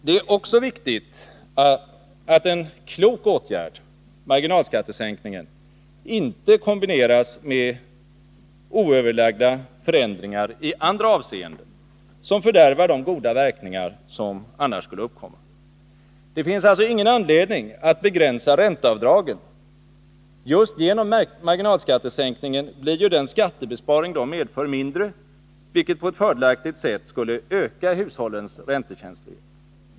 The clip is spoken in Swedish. Det är också viktigt att en klok åtgärd — marginalskattesänkningen — inte kombineras med oöverlagda förändringar i andra avseenden som fördärvar de goda verkningar som annars skulle uppkomma. Det finns alltså ingen anledning att begränsa ränteavdragen — just genom marginalskattesänkningen blir ju den skattebesparing de medför mindre, vilket på ett fördelaktigt sätt skulle öka hushållens räntekänslighet.